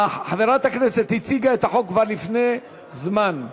אך חברת הכנסת הציגה את החוק כבר לפני זמן,